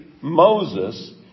Moses